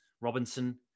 Robinson